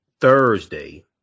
Thursday